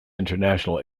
international